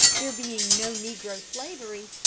there being no negro slavery,